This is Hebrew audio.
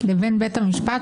לבין בית המשפט,